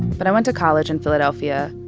but i went to college in philadelphia,